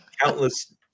countless